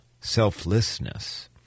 selflessness